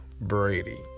Brady